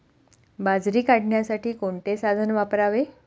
बाजरी काढण्यासाठी कोणते साधन वापरावे?